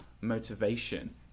motivation